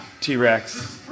T-Rex